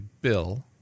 Bill